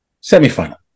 Semi-final